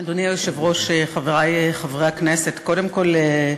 אדוני היושב-ראש, חברי חברי הכנסת, קודם כול,